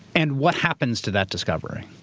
and what happens to that discovery?